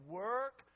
work